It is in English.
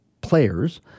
players